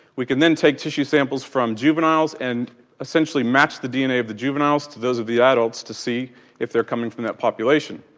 we can then take tissue samples from juveniles and essentially match the dna of the juveniles to those of the adults to see if they are coming from that population.